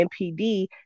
MPD